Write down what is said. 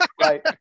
right